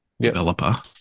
developer